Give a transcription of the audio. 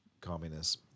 communists